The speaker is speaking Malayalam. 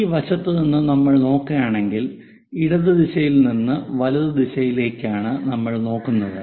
ഈ വശത്ത് നിന്ന് നമ്മൾ നോക്കുകയാണെങ്കിൽ ഇടത് ദിശയിൽ നിന്ന് വലത് ദിശയിലേക്കാണ് നമ്മൾ നോക്കുന്നത്